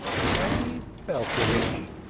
fanny belcovitch,